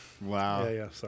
Wow